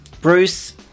Bruce